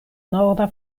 norda